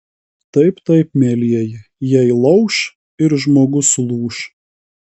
taip taip mielieji jei lauš ir žmogus lūš